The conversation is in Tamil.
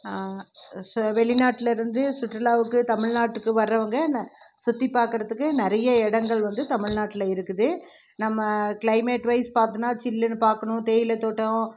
ஸ் வெளிநாட்டில் இருந்து சுற்றுலாவுக்கு தமிழ்நாட்டுக்கு வர்றவங்க ந சுற்றிப் பார்க்குறதுக்கு நிறைய இடங்கள் வந்து தமிழ்நாட்டில் இருக்குது நம்ம கிளைமேட் வைஸ் பார்த்தோன்னா சில்லுனு பார்க்கணும் தேயிலை தோட்டம்